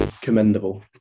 commendable